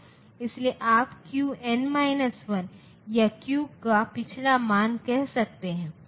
इसलिए जो ऑपरेशन किया जाता है वह केवल डिजिटल प्रारूप में होता है